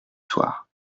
soir